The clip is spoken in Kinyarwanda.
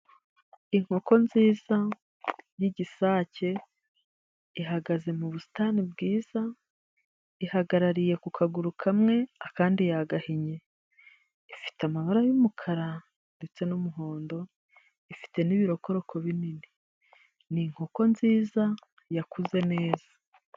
Inkoko nziza y'igisake ihagaze mu busitani bwiza ihagarariye ku kaguru kamwe akandi yagahinnye ifite amabara y'umukara ndetse n'umuhondo ifite n'ibirokoroko binini ni inkoko nziza yakuze neza.